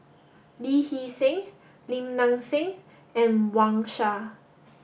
Lee Hee Seng Lim Nang Seng and Wang Sha